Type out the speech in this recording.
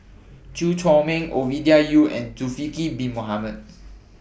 Chew Chor Meng Ovidia Yu and Zulkifli Bin Mohamed